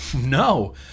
No